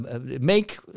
make